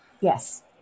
Yes